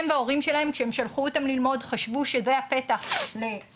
הם וההורים שלהם כשהם שלחו אותם ללמוד חשבו שזה הפתח לקריירה,